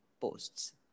posts